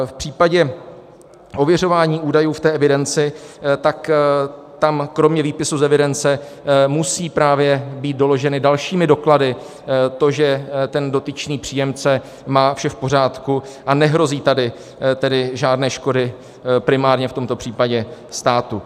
V případě ověřování údajů v evidenci tam kromě výpisu z evidence musí být doloženo dalšími doklady to, že dotyčný příjemce má vše v pořádku, a nehrozí tady tedy žádné škody primárně v tomto případě státu.